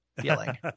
feeling